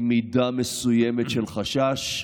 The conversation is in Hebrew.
עם מידה מסוימת של חשש.